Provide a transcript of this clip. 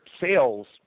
sales